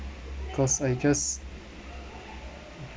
cause I just